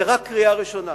זה רק קריאה ראשונה.